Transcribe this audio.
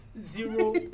zero